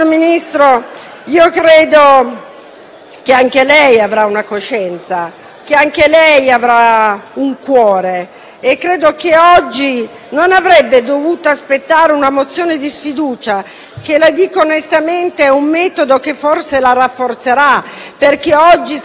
che anche lei abbia una coscienza e un cuore. Oggi non avrebbe dovuto aspettare una mozione di sfiducia, che - glielo dico onestamente - è un metodo che forse la rafforzerà, perché oggi saranno tutti coesi intorno a lei,